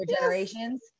generations